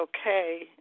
okay